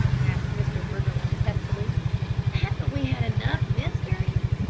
asked mr. briggerland testily. haven't we had enough mysteries?